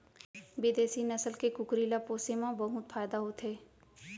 बिदेसी नसल के कुकरी ल पोसे म बहुत फायदा होथे